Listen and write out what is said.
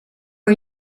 are